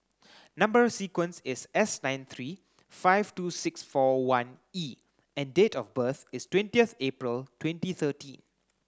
number sequence is S nine three five two six four one E and date of birth is twentieth April twenty thirteen